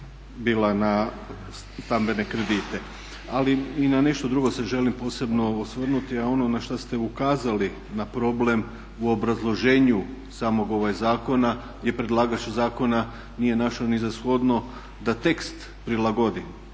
bila na stambene kredite. Ali i na nešto drugo se želi posebno osvrnuti a ono na šta ste ukazali na problem u obrazloženju samog zakona gdje predlagač zakona nije našao ni za shodno da tekst prilagodi.